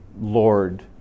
lord